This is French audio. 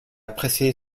presser